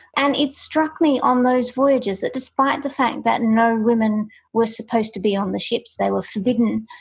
and it struck me on those voyages that despite the fact that no women were supposed to be on the ships, they were forbidden,